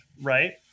Right